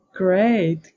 Great